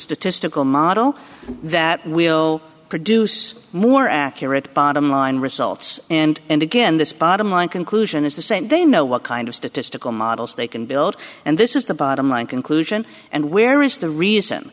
statistical model that will produce more accurate bottom line results and and again this bottom line conclusion is the same they know what kind of statistical models they can build and this is the bottom line conclusion and where is the reason